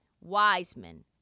Wiseman